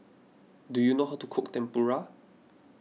do you know how to cook Tempura